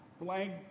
blank